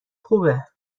خوبه